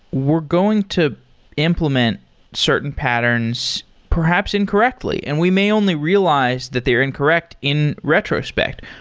we're going to implement certain patterns, perhaps incorrectly. and we may only realize that they are incorrect in retrospect.